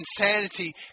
insanity